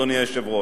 אדוני היושב-ראש.